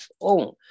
own